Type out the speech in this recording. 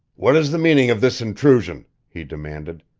what is the meaning of this intrusion? he demanded.